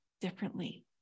differently